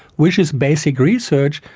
which is basic research.